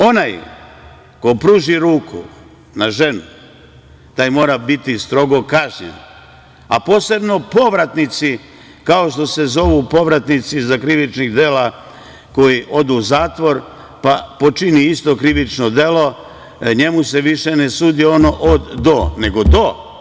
Onaj ko pruži ruku na ženu, taj mora biti strogo kažnjen, a posebno povratnici, kao što se zovu povratnici za krivična dela koji odu u zatvor, pa počini isto krivično delo, njemu se više ne sudi ono „od-do“, nego „do“